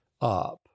up